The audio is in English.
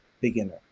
beginner